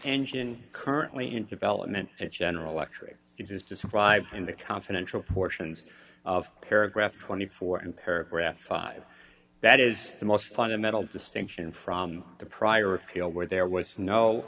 engine currently in development and general electric use is described in the confidential portions of paragraph twenty four dollars in paragraph five that is the most fundamental distinction from the prior of scale where there was no